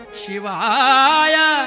Shivaya